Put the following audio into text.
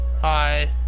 Hi